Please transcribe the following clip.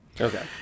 Okay